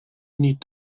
need